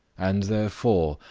and therefore,